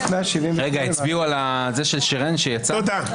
הצביעו על זה של שרן, שיצאה?